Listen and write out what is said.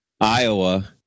Iowa